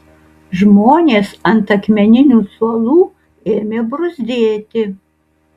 žmonės ant akmeninių suolų ėmė bruzdėti